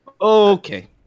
Okay